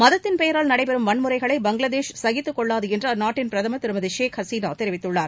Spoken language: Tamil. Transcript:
மதத்தின் பெயரால் நடைபெறும் வன்முறைகளை பங்களாதேஷ் சகித்துக் கொள்ளாது என்று அந்நாட்டின் பிரதமர் திருமதி ஷேக் ஹசீனா தெரிவித்துள்ளார்